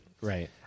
Right